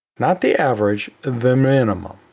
not the average, the minimum.